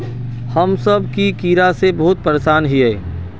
हम सब की कीड़ा से बहुत परेशान हिये?